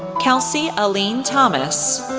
kelsie aline thomas,